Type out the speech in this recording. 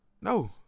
No